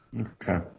Okay